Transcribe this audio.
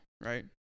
right